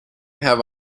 have